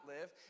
live